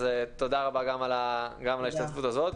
אז תודה רבה גם על ההשתתפות הזאת.